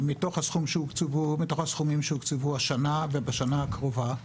מתוך הסכומים שהוקצבו השנה ובשנה הקרובה,